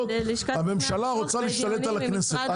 הממשלה רוצה להשתלט על הכנסת.